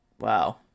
wow